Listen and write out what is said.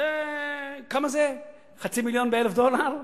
כמה זה חצי מיליון ב-1,000 דולר?